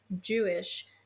Jewish